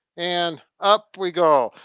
and up we go.